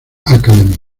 academy